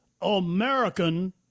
American